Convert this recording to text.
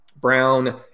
Brown